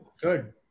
Good